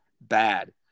bad